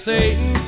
Satan